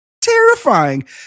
Terrifying